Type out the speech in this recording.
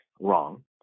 wrong